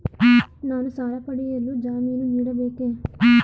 ನಾನು ಸಾಲ ಪಡೆಯಲು ಜಾಮೀನು ನೀಡಬೇಕೇ?